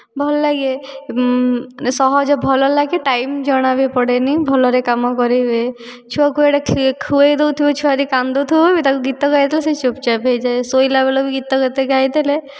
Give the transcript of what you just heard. ଭଲ ଲାଗେ ସହଜେ ଭଲ ଲାଗେ ଟାଇମ ଜଣା ଭି ପଡ଼େନି ଭଲରେ କାମ କରିହୁଏ ଛୁଆକୁ ଇଆଡ଼େ ଖୁଆଇ ଦେଉଥିବି ଛୁଆ ଯଦି କାନ୍ଦୁଥିବ ଭି ତାକୁ ଗୀତ ଗାଇଦେଲେ ଭି ଚୁପଚାପ ହେଇଯାଏ ଶୋଇଲାବେଳେ ଭି ଗୀତ କେତେ ଗାଇଦେଲେ